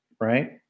right